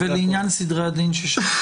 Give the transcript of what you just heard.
ולעניין סדרי הדין ששאלתי?